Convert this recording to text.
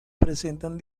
presentan